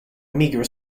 meager